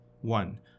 One